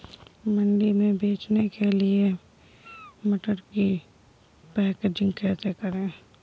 मंडी में बेचने के लिए मटर की पैकेजिंग कैसे करें?